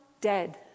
dead